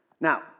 Now